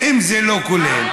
העיר